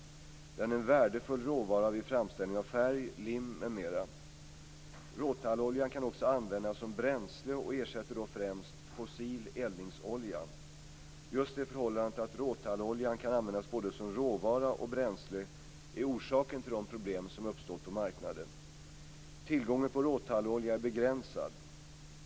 Den är en värdefull råvara vid framställning av färg, lim m.m. Råtalloljan kan också användas som bränsle och ersätter då främst fossil eldningsolja. Just det förhållandet att råtalloljan kan användas både som råvara och som bränsle är orsaken till de problem som uppstått på marknaden. Tillgången på råtallolja är begränsad.